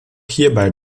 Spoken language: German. hierbei